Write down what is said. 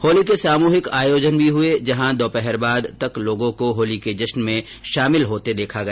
होली के सामुहिक आयोजन भी हुए जहां दोपहर बाद तक लोगों को होली के जश्न में शामिल होते देखा गया